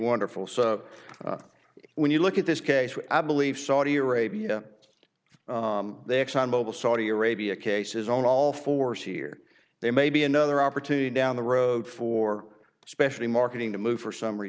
wonderful so when you look at this case i believe saudi arabia the exxon mobile saudi arabia cases on all fours here there may be another opportunity now on the road for especially marketing to move for summ